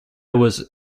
was